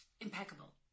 impeccable